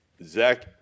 Zach